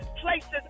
places